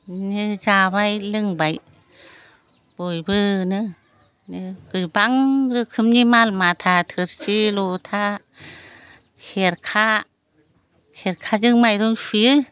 बिदिनो जाबाय लोंबाय बयबोनो गोबां रोखोमनि माल माथा थोरसि लथा खेरखा खेरखाजों माइरं सुयो